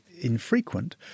infrequent